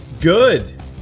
Good